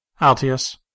Altius